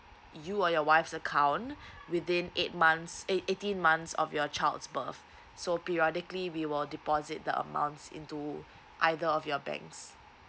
you or your wife's account within eight months eh eighteen months of your child's birth so periodically we will deposit the amounts into either of your banks